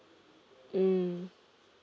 mm